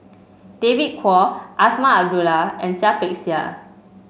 David Kwo Azman Abdullah and Seah Peck Seah